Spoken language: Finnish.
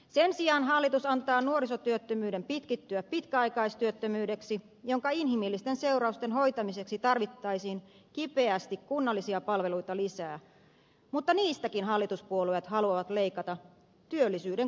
sen sijaan hallitus antaa nuorisotyöttömyyden pitkittyä pitkäaikaistyöttömyydeksi jonka inhimillisten seurausten hoitamiseksi tarvittaisiin kipeästi kunnallisia palveluita lisää mutta niistäkin hallituspuolueet haluavat leikata työllisyyden kustannuksella